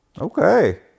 Okay